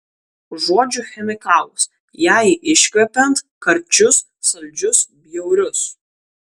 užuodžiu chemikalus jai iškvepiant karčius saldžius bjaurius